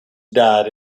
died